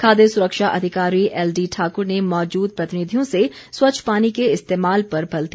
खाद्य सुरक्षा अधिकारी एलडी ठाकुर ने मौजूद प्रतिनिधियों से स्वच्छ पानी के इस्तेमाल पर बल दिया